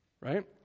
Right